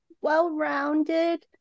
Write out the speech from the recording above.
well-rounded